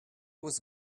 was